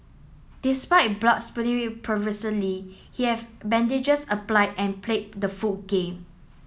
despite blood spewing profusely he have bandages apply and played the full game